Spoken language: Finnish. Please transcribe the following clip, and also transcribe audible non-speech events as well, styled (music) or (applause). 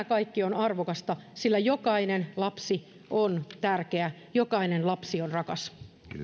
(unintelligible) kaikki on arvokasta sillä jokainen lapsi on tärkeä jokainen lapsi on rakas